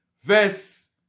verse